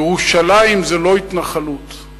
ירושלים זה לא התנחלות.